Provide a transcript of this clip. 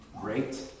great